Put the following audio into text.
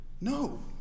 No